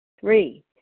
Three